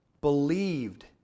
believed